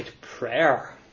prayer